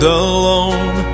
alone